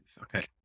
Okay